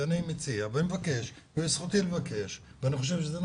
אני מציע ומבקש זכותי לבקש ואני חושב שגם